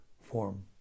form